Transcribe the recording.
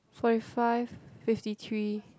forty five fifty three